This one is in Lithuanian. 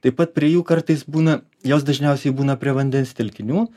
taip pat prie jų kartais būna jos dažniausiai būna prie vandens telkinių